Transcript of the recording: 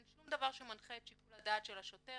אין שום דבר שמנחה את שיקול הדעת של השוטר,